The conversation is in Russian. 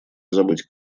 забыть